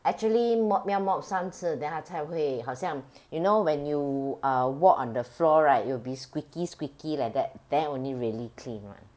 actually mop 要 mop 三次 then 他才会好像 you know when you uh walk on the floor right it'll be squeaky squeaky like that then only really clean [one]